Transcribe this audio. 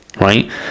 right